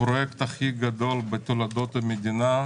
הפרויקט הכי גדול בתולדות המדינה,